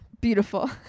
Beautiful